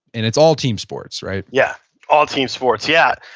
and it's all team sports right? yeah all team sports, yeah.